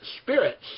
spirits